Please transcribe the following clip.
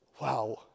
Wow